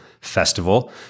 festival